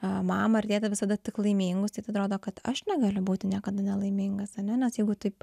mamą ir tėtį visada tik laimingus tai atrodo kad aš negaliu būti niekada nelaimingas ar ne nes jeigu taip